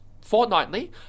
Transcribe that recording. fortnightly